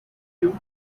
you